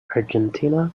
argentina